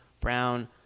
Brown